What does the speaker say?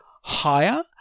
higher